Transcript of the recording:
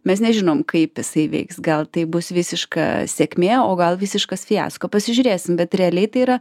mes nežinom kaip jisai veiks gal tai bus visiška sėkmė o gal visiškas fiasko pasižiūrėsim bet realiai tai yra